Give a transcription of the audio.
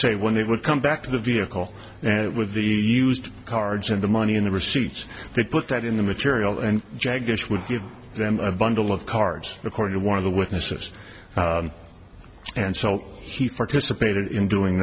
say when they would come back to the vehicle and it would be used cards and the money in the receipts they put that in the material and jagdish would give them a bundle of cards according to one of the witnesses and so he for dissipated in doing